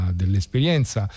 dell'esperienza